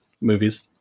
movies